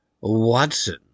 Watson